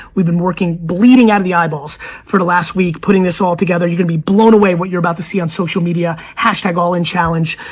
we've been working, bleeding out of the eyeballs for the last week putting this all together. you're gonna be blown away what you're about to see on social media. hashtag all in challenge,